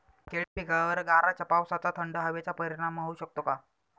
केळी पिकावर गाराच्या पावसाचा, थंड हवेचा परिणाम होऊ शकतो का?